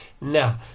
now